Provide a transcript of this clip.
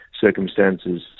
circumstances